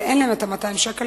אבל אין להם 200 שקל,